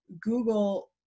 Google